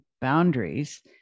boundaries